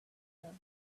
here